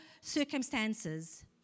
circumstances